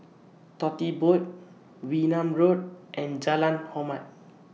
Tote Board Wee Nam Road and Jalan Hormat